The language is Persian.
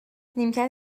نیمکت